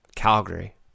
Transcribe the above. Calgary